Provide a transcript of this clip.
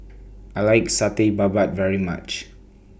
I like Satay Babat very much